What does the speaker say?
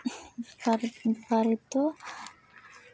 ᱵᱮᱯᱟᱨ ᱵᱮᱯᱟᱨᱤ ᱫᱚ